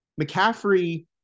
McCaffrey